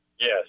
Yes